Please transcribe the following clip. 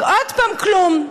עוד פעם כלום,